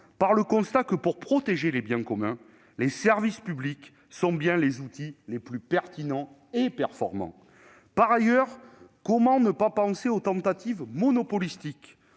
par le constat que, pour protéger les biens communs, les services publics sont bien les outils les plus pertinents et performants. Par ailleurs, comment ne pas penser aux tentatives monopolistiques